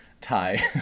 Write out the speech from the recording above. tie